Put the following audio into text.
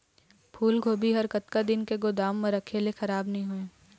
फूलगोभी हर कतका दिन तक गोदाम म रखे ले खराब नई होय?